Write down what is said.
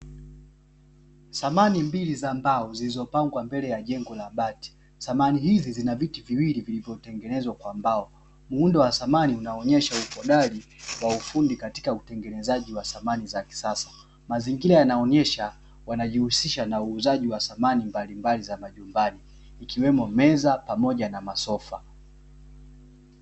Samani mbili za mbao zilizopangwa mbele ya jengo la bati, samani hizi zina viti viwili vilivyotengenezwa kwa mbao muundo wa samani unaonyesha uhodari na ufundi katika utengenezaji wa samani za kisasa. Mazingira yanaonyesha wanajihusisha na uuzaji wa samani mbalimbali za majumbani, ikiwemo meza pamoja na masofa.